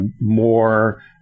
more